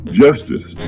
justice